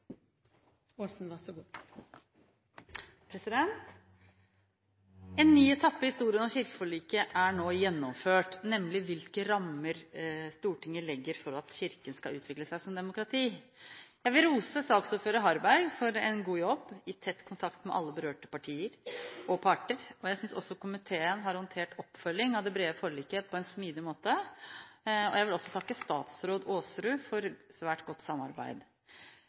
nå gjennomført, nemlig hvilke rammer Stortinget legger for at Kirken skal utvikle seg som demokrati. Jeg vil rose saksordfører Harberg for en god jobb, i tett kontakt med alle berørte partier og parter. Jeg synes også komiteen har håndtert oppfølgingen av det brede forliket på en smidig måte. Jeg vil også takke statsråd Aasrud for svært godt samarbeid.